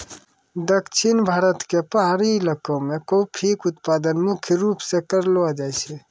दक्षिण भारत के पहाड़ी इलाका मॅ कॉफी के उत्पादन मुख्य रूप स करलो जाय छै